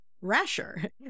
Rasher